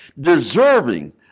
deserving